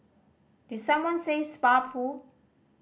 did someone say spa pool